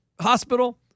Hospital